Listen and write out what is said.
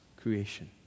creation